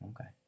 Okay